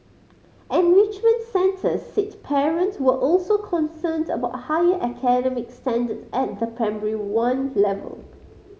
enrichment centres said parents were also concerned about higher academic standards at the Primary One level